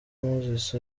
moses